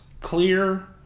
clear